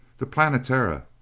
the planetara,